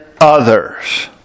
others